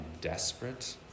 desperate